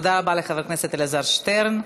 תודה רבה לחבר הכנסת אלעזר שטרן.